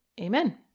Amen